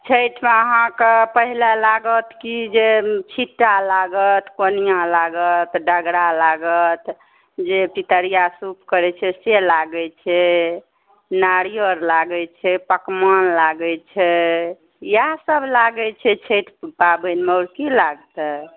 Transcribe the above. छइठमे अहाँके पहिले लागत कि जे छिट्टा लागत कोनिआ लागत डगरा लागत जे पितरिआ सूप करै छै से लागै छै नारियर लागै छै पकवान लागै छै इएहसब लागै छै छइठ पाबनिमे आओर कि लागतै